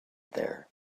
there